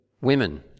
Women